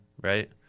right